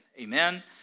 Amen